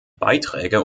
beiträge